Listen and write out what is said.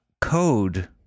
code